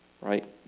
right